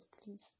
please